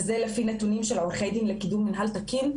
וזה לפי נתונים של עורכי הדין לקידום מינהל תקין,